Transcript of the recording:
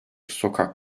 sokak